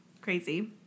Crazy